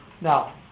Now